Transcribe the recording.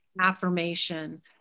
affirmation